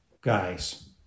guys